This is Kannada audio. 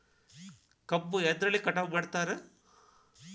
ಕಬ್ಬು ಎದ್ರಲೆ ಕಟಾವು ಮಾಡ್ತಾರ್?